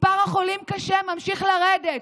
מספר החולים קשה ממשיך לרדת.